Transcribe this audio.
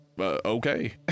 okay